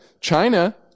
China